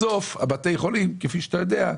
בסוף בתי החולים, כפי שאתה יודע,